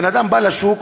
בן-אדם בא לשוק,